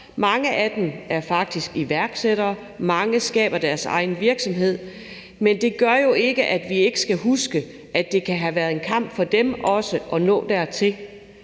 Mange af dem er faktisk iværksættere. Mange skaber deres egen virksomhed. Men det gør jo ikke, at vi ikke skal huske, at det kan have været en kamp for dem også at nå dertil.